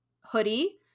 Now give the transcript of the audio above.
hoodie